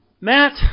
Matt